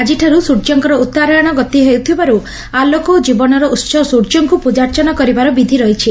ଆକିଠାରୁ ସୂର୍ଯ୍ୟଙ୍କର ଉଉରାୟଣ ଗତି ହେଉଥିବାରୁ ଆଲୋକ ଓ ଜୀବନର ଉସ ସୂର୍ଯ୍ୟଙ୍କୁ ପୂଜାର୍ଚ୍ଚନା କରିବାର ବିଧି ରହିଛି